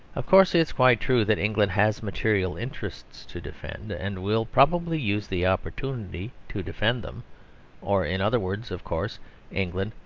of course it is quite true that england has material interests to defend, and will probably use the opportunity to defend them or, in other words, of course england,